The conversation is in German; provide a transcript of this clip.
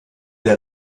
der